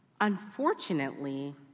Unfortunately